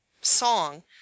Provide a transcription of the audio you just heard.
song